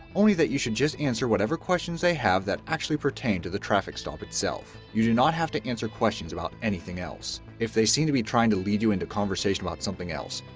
only that you should just answer whatever questions they have that actually pertain to the traffic stop itself. you do not have to answer questions about anything else. if they seem to be trying to lead you into conversation about something else,